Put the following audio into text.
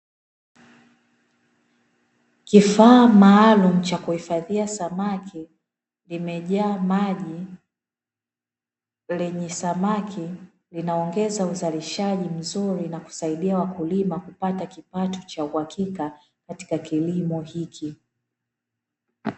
Kifaa maalumu cha kuhifadhia samaki, limejaa maji lenye samaki. Linaongeza uzalishaji mzuri, na kusaidia wakulima kupata kipato cha uhakika katika kilimo hiki.